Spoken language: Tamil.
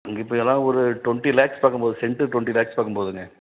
இங்கே இப்போ எல்லாம் ஒரு டொண்ட்டி லேக்ஸ் பக்கம் போது செண்ட்டு டொண்ட்டி லேக்ஸ் பக்கம் போதுங்க